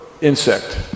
insect